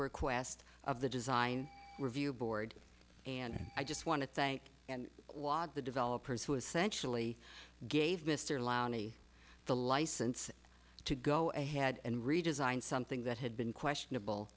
request of the design review board and i just want to thank and wog the developers who essentially gave mr loughner the license to go ahead and redesign something that had been questionable